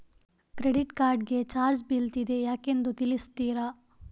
Credit card ಗೆ charge ಬೀಳ್ತಿದೆ ಯಾಕೆಂದು ತಿಳಿಸುತ್ತೀರಾ?